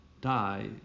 die